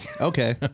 Okay